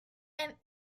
and